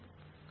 ವಿದ್ಯಾರ್ಥಿ